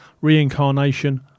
reincarnation